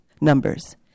numbers